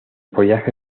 follaje